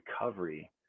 recovery